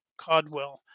Codwell